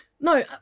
No